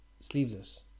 sleeveless